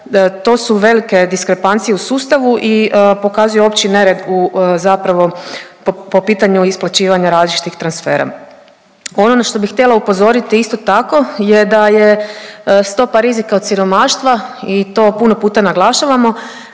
to su velike diskrepancije u sustavu i pokazuju opći nered u, zapravo po, po pitanju isplaćivanja različitih transfera. Ono na što bih htjela upozoriti isto tako je da je stopa rizika od siromaštva, i to puno puta naglašavamo,